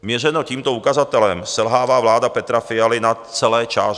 Měřeno tímto ukazatelem selhává vláda Petra Fialy na celé čáře.